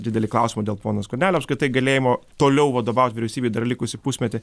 dideli klausimai dėl pono skvernelio apskritai galėjimo toliau vadovaut vyriausybei dar likusį pusmetį